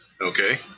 okay